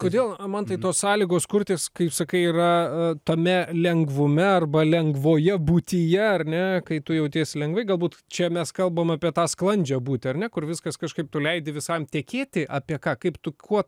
kodėl man tai tos sąlygos kurtis kaip sakai yra tame lengvume arba lengvoje būtyje ar ne kai tu jautiesi lengvai galbūt čia mes kalbam apie tą sklandžią būti ar ne kur viskas kažkaip tu leidi visam tekėti apie ką kaip tu kuo